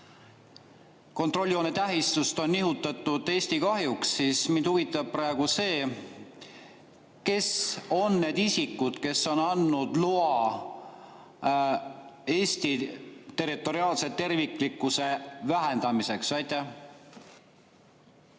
kontrolljoone tähistust on nihutatud Eesti kahjuks, siis mind huvitab praegu see: kes on need isikud, kes on andnud loa Eesti territoriaalse terviklikkuse vähendamiseks? Aitäh!